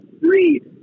read